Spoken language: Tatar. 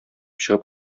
чыгып